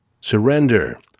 surrender